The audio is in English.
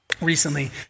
recently